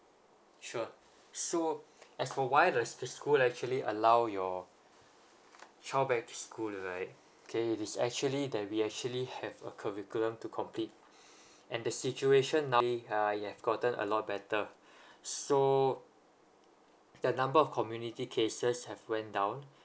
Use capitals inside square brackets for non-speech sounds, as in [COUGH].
sure so as for why does the school actually allow your child back to school right okay it is actually that we actually have a curriculum to complete [BREATH] and the situation now it have gotten a lot better so the number of community cases have went down